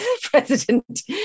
president